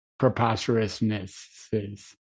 preposterousnesses